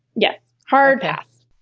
yes. hard pass.